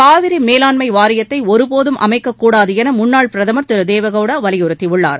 காவிரி மேலாண்மை வாரியத்தை ஒருபோதும் அமைக்கக்கூடாது என முன்னாள் பிரதம் திரு தேவகவுடா வலியுறுத்தியுள்ளார்